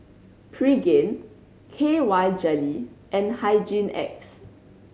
Pregain K Y Jelly and Hygin X